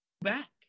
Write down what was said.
back